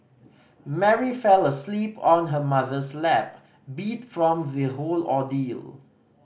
Mary fell asleep on her mother's lap beat from the whole ordeal